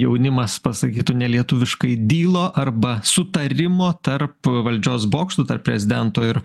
jaunimas pasakytų ne lietuviškai dylo arba sutarimo tarp valdžios bokštų tarp prezidento ir